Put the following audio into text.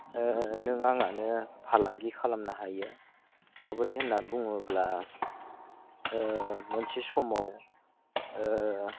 नों आङानो फालांगि खालामनो हायो माब्रै होनना बुङोब्ला मोनसे समाव